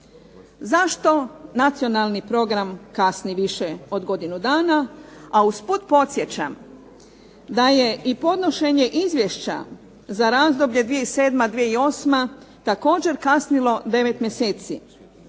Zašto Nacionalni program kasni više od godinu dana, a usput podsjećam da je i podnošenje Izvješća za razdoblje 2007., 2008. također kasnilo 9 mjeseci.